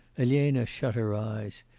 elena shut her eyes.